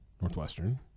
Northwestern